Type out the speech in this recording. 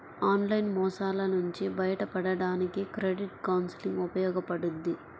online మోసాల నుంచి బయటపడడానికి క్రెడిట్ కౌన్సిలింగ్ ఉపయోగపడుద్ది